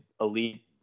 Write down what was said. elite